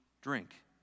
drink